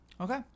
Okay